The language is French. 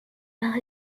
par